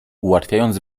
ułatwiając